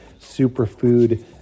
superfood